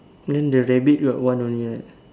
then the rabbit got one only right